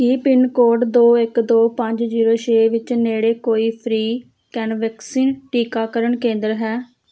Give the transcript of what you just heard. ਕੀ pin code ਦੋ ਇੱਕ ਦੋ ਪੰਜ ਜੀਰੋ ਛੇ ਵਿੱਚ ਨੇੜੇ ਕੋਈ ਫ੍ਰੀ ਕੇਨਵੈਕਸਿਨ ਟੀਕਾਕਰਨ ਕੇਂਦਰ ਹੈ